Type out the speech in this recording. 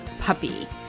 puppy